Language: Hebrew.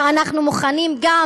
ואנחנו מוכנים גם,